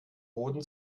boden